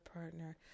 partner